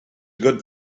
good